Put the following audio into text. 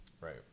right